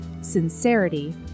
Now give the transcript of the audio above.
sincerity